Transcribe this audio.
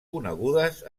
conegudes